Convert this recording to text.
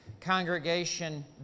congregation